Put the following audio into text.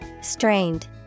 strained